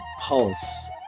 pulse